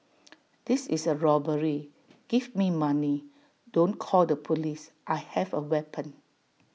this is A robbery give me money don't call the Police I have A weapon